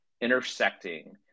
intersecting